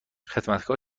خدمتکار